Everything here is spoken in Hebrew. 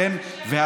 על אפכם ועל חמתכם.